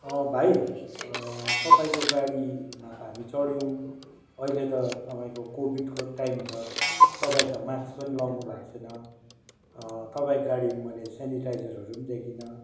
भाइ तपाईँको गाडीमा त हामी चढ्यौँ अहिले त तपाईँको कोभिडको टाइम छ तपाईँले त मास्क पनि लाउनुभएको छैन तपाईँको गाडीमा मैले सेनिटाइजरहरू पनि देखिनँ